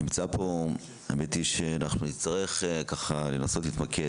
האמת שנצטרך לנסות להתמקד,